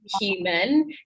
human